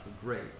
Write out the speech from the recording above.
great